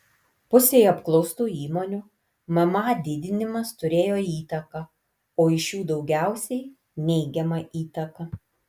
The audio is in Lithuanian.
pusei apklaustų įmonių mma didinimas turėjo įtaką o iš jų daugiausiai neigiamą įtaką